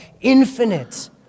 Infinite